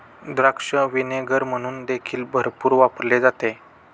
द्राक्ष व्हिनेगर म्हणून देखील भरपूर वापरले जाते